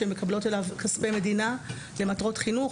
שמקבלות אליו כספי מדינה למטרות חינוך.